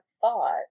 thought